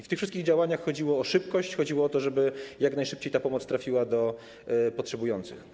W tych wszystkich działaniach chodziło o szybkość, chodziło o to, żeby jak najszybciej pomoc trafiła do potrzebujących.